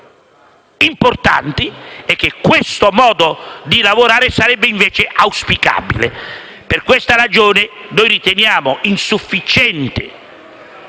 importanti, e che questo modo di lavorare sarebbe invece auspicabile. Per questa ragione, riteniamo insufficiente